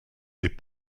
est